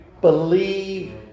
believe